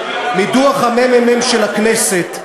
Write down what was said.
מדוח הממ"מ של הכנסת,